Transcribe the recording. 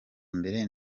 mbere